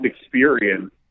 experience